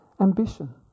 ambition